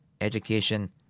education